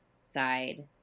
side